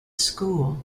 school